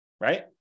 Right